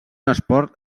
esport